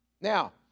Now